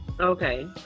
Okay